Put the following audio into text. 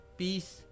peace